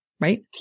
right